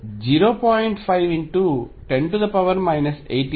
5×10 18 joules ఇది 0